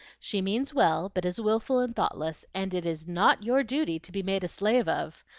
she means well, but is wilful and thoughtless, and it is not your duty to be made a slave of.